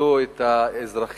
ניצלו את האזרחים